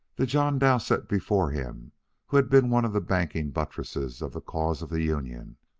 the john dowsett before him who had been one of the banking buttresses of the cause of the union,